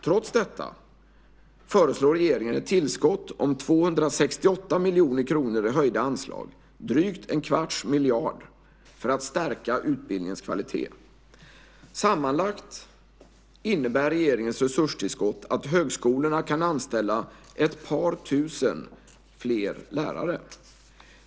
Trots detta föreslår regeringen ett tillskott om 268 miljoner kronor i höjda anslag, drygt en kvarts miljard, för att stärka utbildningens kvalitet. Sammanlagt innebär regeringens resurstillskott att högskolorna kan anställa ett par tusen fler lärare.